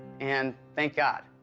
and thank god,